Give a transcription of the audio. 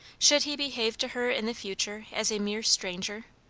should he behave to her in the future as a mere stranger?